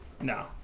No